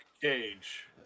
Cage